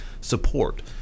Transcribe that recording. support